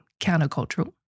countercultural